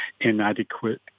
inadequate